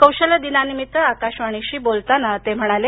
कौशल्य दिनानिमित्त आकाशवाणीशी बोलताना ते म्हणाले